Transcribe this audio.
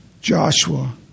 Joshua